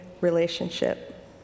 relationship